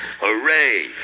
Hooray